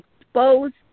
exposed